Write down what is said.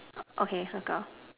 okay circle